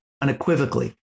unequivocally